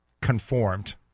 conformed